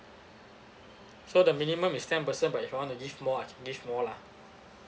so the minimum is ten percent but if I want to give more I can give more lah